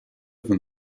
von